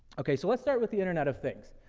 okay, so let's start with the internet of things.